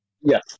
Yes